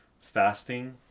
fasting